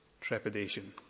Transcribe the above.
trepidation